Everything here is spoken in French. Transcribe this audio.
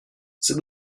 c’est